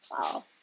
Wow